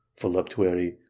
voluptuary